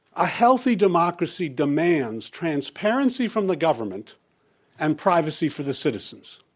a healthy democracy demands transparency from the government and privacy for the citizens,